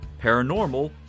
paranormal